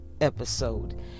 episode